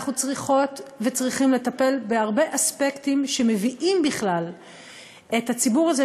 אנחנו צריכות וצריכים לטפל בהרבה אספקטים שמביאים בכלל את הציבור הזה,